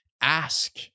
ask